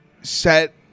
set